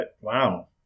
wow